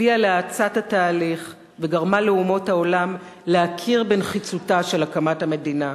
הביאו להאצת התהליך וגרמו לאומות העולם להכיר בנחיצותה של הקמת המדינה.